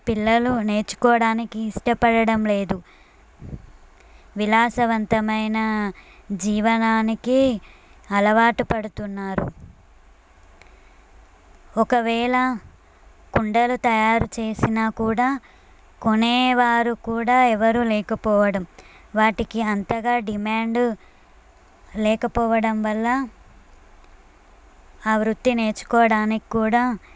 పిల్లలు నేర్చుకోవడానికి ఇష్టపడడం లేదు విలాసవంతమైన జీవనానికి అలవాటు పడుతున్నారు ఒకవేళ కుండలు తయారు చేసినా కూడా కొనేవారు కూడా ఎవరూ లేకపోవడం వాటికి అంతగా డిమాండ్ లేకపోవడం వల్ల ఆ వృత్తి నేర్చుకోవడానికి కూడా